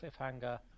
cliffhanger